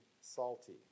salty